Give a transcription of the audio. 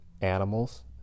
animals